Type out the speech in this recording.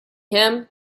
him